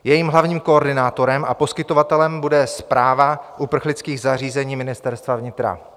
Jejím hlavním koordinátorem a poskytovatelem bude Správa uprchlických zařízení Ministerstva vnitra.